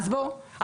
לא,